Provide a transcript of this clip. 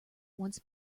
once